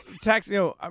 Taxi